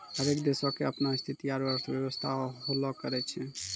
हरेक देशो के अपनो स्थिति आरु अर्थव्यवस्था होलो करै छै